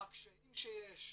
מה הקשיים שיש.